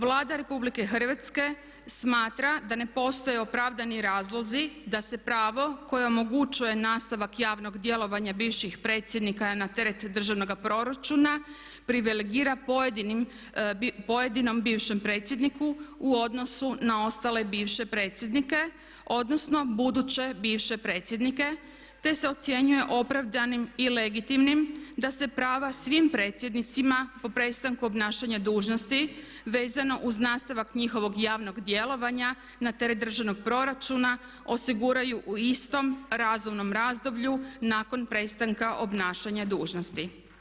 Vlada RH smatra da ne postoje opravdani razlozi da se pravo koje omogućuje nastavak javnog djelovanja bivših predsjednika na teret državnoga proračuna privilegira pojedinom bivšem predsjedniku u odnosu na ostale bivše predsjednike, odnosno buduće bivše predsjednike, te se ocjenjuje opravdanim i legitimnim da se prava svim predsjednicima po prestanku obnašanja dužnosti vezano uz nastavak njihovog javnog djelovanja na teret državnog proračuna osiguraju u istom razumnom razdoblju nakon prestanka obnašanja dužnosti.